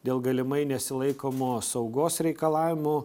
dėl galimai nesilaikomų saugos reikalavimų